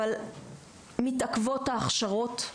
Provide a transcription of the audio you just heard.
אבל מתעכבות ההכשרות,